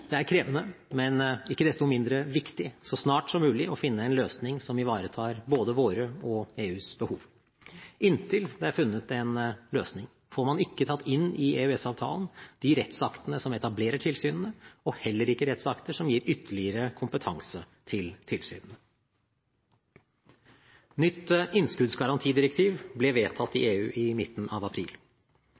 Det er krevende å finne en løsning som ivaretar både våre og EUs behov, men det er viktig å finne en løsning så snart som mulig. Inntil det er funnet en løsning, får man ikke tatt inn i EØS-avtalen rettsaktene som etablererer tilsynene, og heller ikke rettsakter som gir ytterligere kompetanse til tilsynene. Nytt innskuddsgarantidirektiv ble vedtatt i EU i midten av april.